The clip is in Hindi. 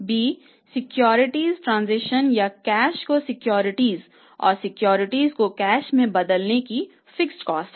b सिक्योरिटी ट्रांजैक्शन या कैश को सिक्योरिटीज और सिक्योरिटीज को कैश में बदलने की फिक्स्ड कॉस्ट है